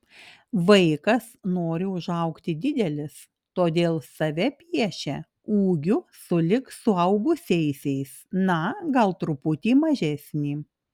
vaikas nori užaugti didelis todėl save piešia ūgiu sulig suaugusiaisiais na gal truputį mažesnį